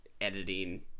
editing